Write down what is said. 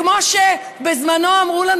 כמו שבזמנו אמרו לנו,